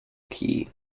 key